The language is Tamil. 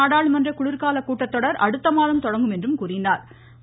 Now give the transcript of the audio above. நாடாளுமன்ற குளிர்கால கூட்டத்தொடர் அடுத்த மாதம் தொடங்கும் என்றார் அவர்